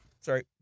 Sorry